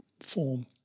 form